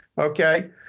Okay